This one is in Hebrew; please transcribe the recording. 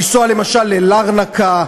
לנסוע למשל ללרנקה,